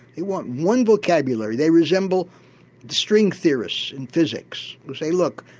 they want one vocabulary, they resemble string theorists in physics who say look,